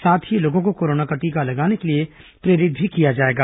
साथ ही लोगों को कोरोना का टीका लगाने के लिए प्रेरित भी किया जाएगा